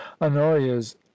honoria's